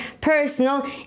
personal